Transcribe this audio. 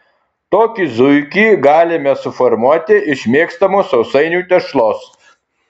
tokį zuikį galime suformuoti iš mėgstamos sausainių tešlos